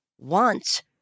want